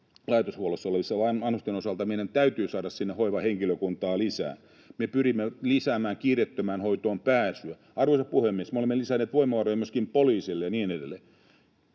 laitoshuollossa olevien vanhusten osalta, ja meidän täytyy saada sinne hoivahenkilökuntaa lisää. Me pyrimme lisäämään kiireettömään hoitoon pääsyä. Arvoisa puhemies! Me olemme lisänneet voimavaroja myöskin poliisille, ja niin edelleen.